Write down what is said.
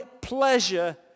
pleasure